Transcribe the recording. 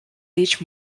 each